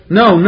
no